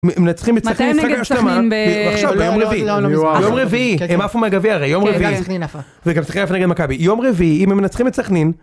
אם מנצחים את סכנין, מתי הם נגד סכנין? עכשיו ביום רביעי, יום רביעי, הם עפו מהגביע הרי, יום רביעי, וגם סכנין עפה נגד מכבי, יום רביעי אם הם נצחים את סכנין,